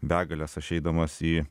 begalės aš eidamas į